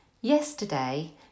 Yesterday